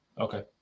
Okay